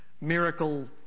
Miracle